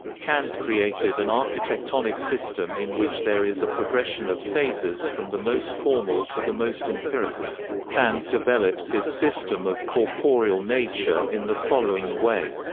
kant created an architectonic system in which there is a progression of phases from the most formal to the most empirical kant develops his system of corporeal nature in the following way.